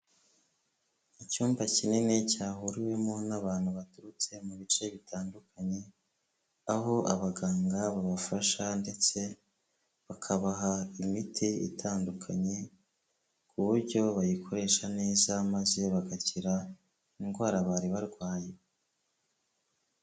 Icyumba kinini cyahuriwemo n'abantu baturutse mu bice bitandukanye, aho abaganga babafasha ndetse bakabaha imiti itandukanye, ku buryo bayikoresha neza maze bagakira indwara bari barwaye.